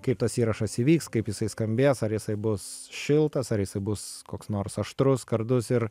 kaip tas įrašas įvyks kaip jisai skambės ar jisai bus šiltas ar jisai bus koks nors aštrus skardus ir